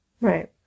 Right